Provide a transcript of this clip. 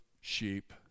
sheep